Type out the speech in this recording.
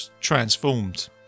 transformed